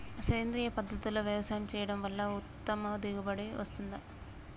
సేంద్రీయ పద్ధతుల్లో వ్యవసాయం చేయడం వల్ల ఉత్తమ దిగుబడి వస్తుందా?